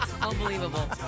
Unbelievable